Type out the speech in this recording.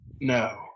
No